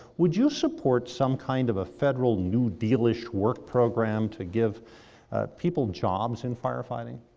would you support some kind of a federal new deal-ish work program to give people jobs in firefighting?